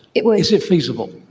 it would. is it feasible?